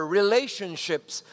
relationships